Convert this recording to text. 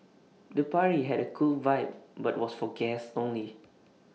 the party had A cool vibe but was for guests only